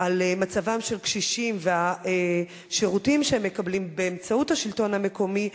על מצבם של קשישים והשירותים שהם מקבלים באמצעות השלטון המקומי,